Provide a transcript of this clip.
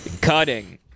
Cutting